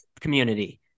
community